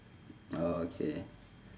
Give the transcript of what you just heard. orh okay